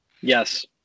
Yes